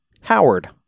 Howard